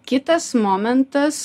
kitas momentas